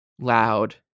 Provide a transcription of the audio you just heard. loud